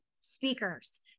speakers